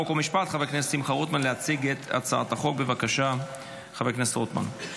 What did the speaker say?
חוק ומשפט לצורך הכנתה לקריאה השנייה והשלישית.